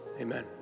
Amen